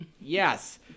Yes